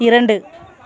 இரண்டு